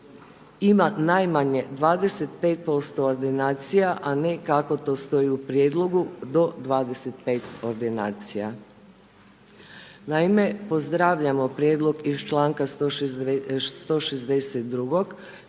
ima najmanje 25% ordinacija, a ne kako to stoji u prijedlogu do 25 ordinacija. Naime, pozdravljamo prijedlog iz čl. 162.